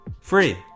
free